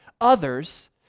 others